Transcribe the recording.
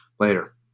Later